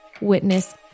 Witness